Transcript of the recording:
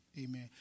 Amen